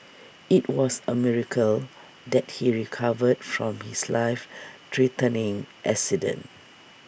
IT was A miracle that he recovered from his life threatening accident